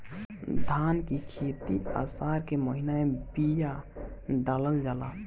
धान की खेती आसार के महीना में बिया डालल जाला?